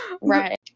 right